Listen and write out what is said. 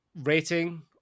rating